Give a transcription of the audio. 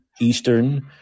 Eastern